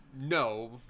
No